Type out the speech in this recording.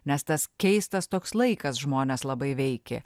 nes tas keistas toks laikas žmones labai veikė